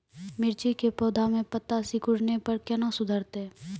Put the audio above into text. मिर्ची के पौघा मे पत्ता सिकुड़ने पर कैना सुधरतै?